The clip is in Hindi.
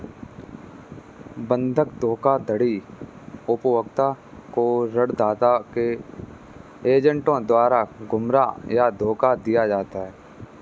बंधक धोखाधड़ी उपभोक्ता को ऋणदाता के एजेंटों द्वारा गुमराह या धोखा दिया जाता है